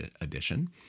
edition